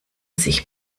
sich